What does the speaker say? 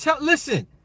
Listen